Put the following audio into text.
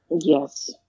Yes